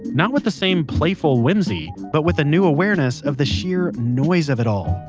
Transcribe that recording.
not with the same playful whimsy, but with a new awareness of the sheer noise of it all.